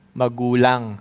magulang